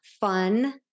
fun